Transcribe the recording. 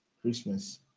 Christmas